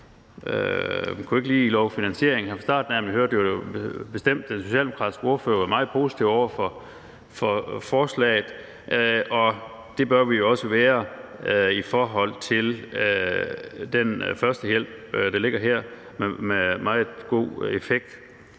kunne ikke lige love en finansiering fra starten af, men vi hørte bestemt den socialdemokratiske ordfører være meget positiv over for forslaget. Det bør vi også være i forhold til den førstehjælp, der ligger i det, som har en meget god effekt.